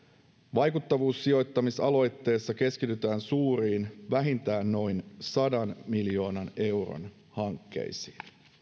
vaikuttavuussijoittamisaloitteessa keskitytään suuriin vähintään noin sadan miljoonan euron hankkeisiin